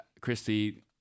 Christy